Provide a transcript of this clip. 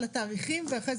האזרח, בשביל זה